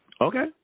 Okay